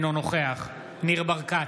אינו נוכח ניר ברקת,